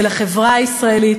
של החברה הישראלית,